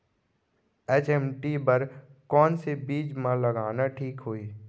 HMT बर कौन से बीज मा लगाना ठीक होही?